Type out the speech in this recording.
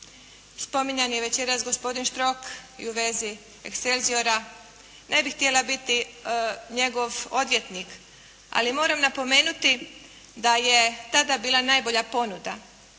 Spominjan je i večeras gospodin Štrok i u vezi "Excelsiora" , ne bih htjela biti njegov odvjetnik, ali moram napomenuti da je tada bila najbolja ponuda